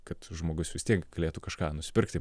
kad žmogus vis tiek galėtų kažką nusipirkti